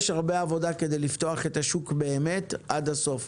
יש הרבה עבודה כדי לפתוח את השוק באמת עד הסוף,